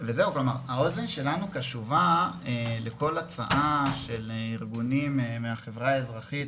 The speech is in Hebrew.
האוזן שלנו קשובה לכל הצעה של ארגונים מהחברה האזרחית